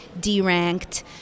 deranked